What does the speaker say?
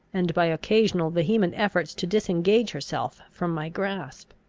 and by occasional vehement efforts to disengage herself from my grasp.